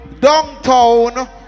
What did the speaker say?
downtown